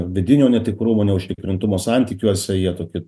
vidinio netikrumo neužtikrintumo santykiuose jie toki